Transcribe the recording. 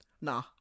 Nah